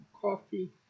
Coffee